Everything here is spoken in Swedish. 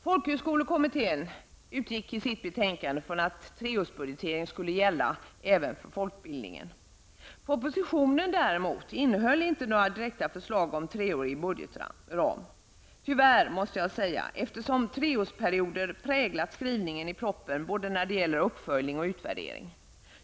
Folkhögskolekommittén utgick i sitt betänkande från att treårsbudgetering skulle gälla även för folkbildningen. Propositionen däremot innehöll inte några direkta förslag om en treårig budgetram -- tyvärr, måste jag säga, eftersom treårsperioder präglat skrivningen i propositionen både vad gäller uppföljning och utvärdering.